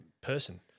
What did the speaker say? person